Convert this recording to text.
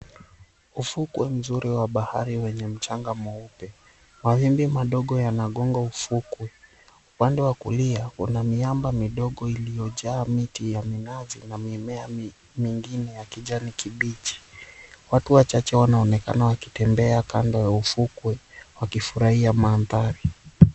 Ufukwe mzuri wa bahari wenye mchanga mweupe mawimbi madogo yanagonga ufukwe, upande wa kulia kuna miamba midogo iliyojaa miti ya minazi na mimea mingine ya kijani kibichi watu wachache wanaonekana wakitembea kando ya ufukwe wakifurahia maandhari.